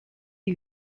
you